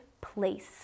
place